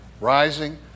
rising